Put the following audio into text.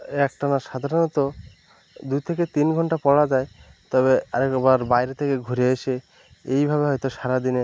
একটানা সাধারণত দু থেকে তিন ঘন্টা পড়া যায় তবে আরেকবার বাইরে থেকে ঘুরে এসে এইভাবে হয়তো সারা দিনে